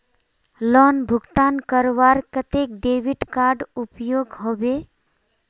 Loan भुगतान करवार केते डेबिट कार्ड उपयोग होबे?